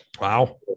wow